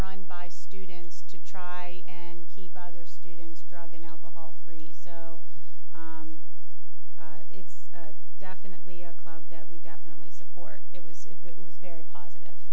run by students to try and keep their students drug and alcohol free so it's definitely a club that we definitely support it was it was very positive